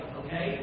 okay